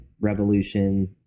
Revolution